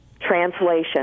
translation